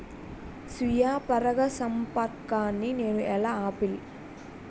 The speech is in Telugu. స్వీయ పరాగసంపర్కాన్ని నేను ఎలా ఆపిల్?